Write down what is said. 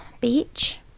Beach